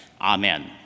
Amen